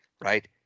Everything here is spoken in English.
right